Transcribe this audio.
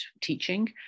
teaching